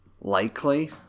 Likely